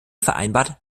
vereinbart